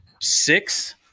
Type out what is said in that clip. six